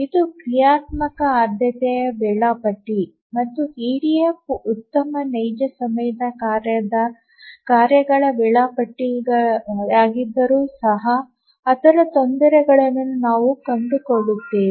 ಇದು ಕ್ರಿಯಾತ್ಮಕ ಆದ್ಯತೆಯ ವೇಳಾಪಟ್ಟಿ ಮತ್ತು ಇಡಿಎಫ್ ಉತ್ತಮ ನೈಜ ಸಮಯದ ಕಾರ್ಯಗಳ ವೇಳಾಪಟ್ಟಿಯಾಗಿದ್ದರೂ ಸಹ ಅದರ ತೊಂದರೆಗಳನ್ನು ನಾವು ಕಂಡುಕೊಳ್ಳುತ್ತೇವೆ